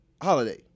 Holiday